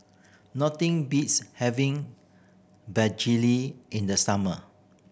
nothing beats having begedil in the summer